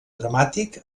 dramàtic